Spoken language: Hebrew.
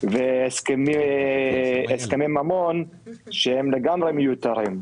והסכמי ממון, שהם לגמרי מיותרים.